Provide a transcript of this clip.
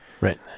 Right